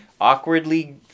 awkwardly